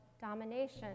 domination